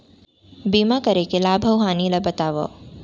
बीमा करे के लाभ अऊ हानि ला बतावव